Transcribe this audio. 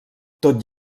tot